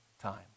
time